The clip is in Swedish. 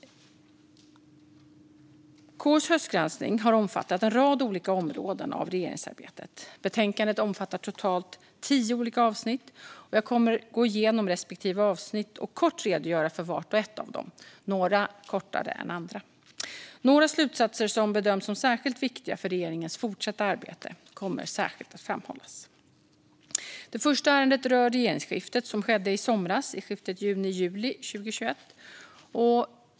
KU:s höstgranskning har omfattat en rad olika områden av regeringsarbetet. Betänkandet omfattar totalt tio olika avsnitt. Jag kommer att gå igenom respektive avsnitt och kort redogöra för vart och ett av dem, några kortare än andra. Några slutsatser som bedömts som särskilt viktiga för regeringens fortsatta arbete kommer särskilt att framhållas. Det första ärendet rör regeringsskiftet som skedde i somras, i skiftet juni-juli 2021.